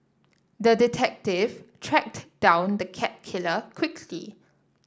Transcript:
the detective tracked down the cat killer quickly